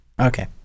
Okay